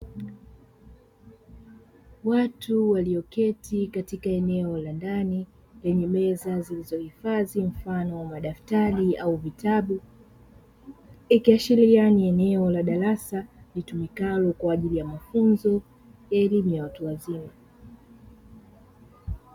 Watu walioketi katika eneo la ndani lenye meza zilizohifadhi mfano wa madaftari au vitabu, ikiashiria ni eneo la darasa litumikalo kwa ajili ya mafunzo ya elimu ya watu wazima.